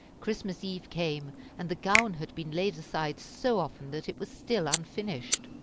christmas eve came, and the gown had been laid aside so often that it was still unfinished.